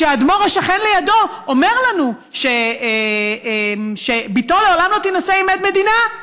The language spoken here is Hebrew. כשהאדמו"ר השכן לידו אומר לנו שבתו לעולם לא תינשא עם עד מדינה,